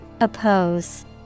Oppose